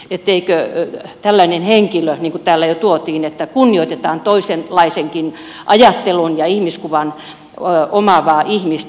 niin kuin täällä jo tuotiin esiin tässä kunnioitetaan toisenlaisenkin ajattelun ja ihmiskuvan omaavaa ihmistä